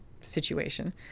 situation